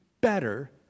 better